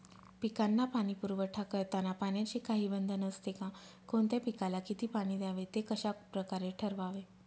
पिकांना पाणी पुरवठा करताना पाण्याचे काही बंधन असते का? कोणत्या पिकाला किती पाणी द्यावे ते कशाप्रकारे ठरवावे?